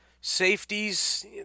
Safeties